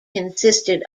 consisted